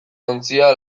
ontzia